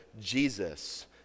Jesus